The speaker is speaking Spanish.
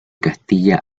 castilla